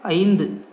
ஐந்து